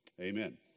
Amen